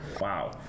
wow